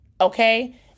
okay